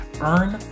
earn